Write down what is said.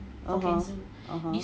(uh huh) (uh huh)